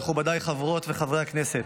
מכובדיי חברות וחברי הכנסת,